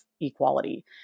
equality